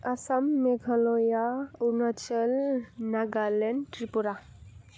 Assam Meghalaya Arunachal Nagaland Tripura